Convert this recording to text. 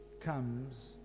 comes